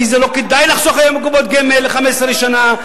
כי זה לא כדאי היום לחסוך בקופות גמל ל-15 שנה.